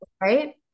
Right